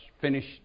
finished